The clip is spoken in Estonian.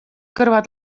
kõrvad